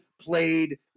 played